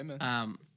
amen